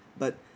but